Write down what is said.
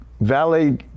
Valet